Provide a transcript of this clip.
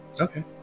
Okay